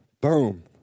boom